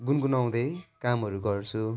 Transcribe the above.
गुनगुनाउँदै कामहरू गर्छु